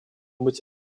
быть